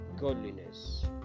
godliness